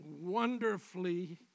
wonderfully